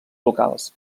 locals